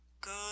Good